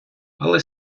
але